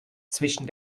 zwischen